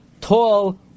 tall